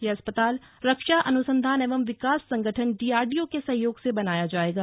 यह अस्पताल रक्षा अनुसंधान एवं विकास संगठन डीआरडीओ के सहयोग से बनाया जायेगा